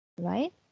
Right